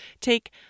take